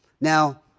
Now